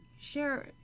share